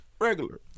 regular